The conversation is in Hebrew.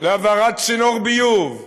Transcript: להעברת צינור ביוב,